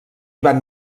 van